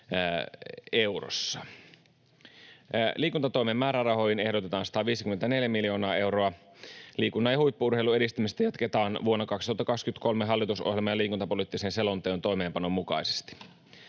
eurossa. Liikuntatoimen määrärahoihin ehdotetaan 154 miljoonaa euroa. Liikunnan ja huippu-urheilun edistämistä jatketaan vuonna 2023 hallitusohjelman ja liikuntapoliittisen selonteon toimeenpanon mukaisesti.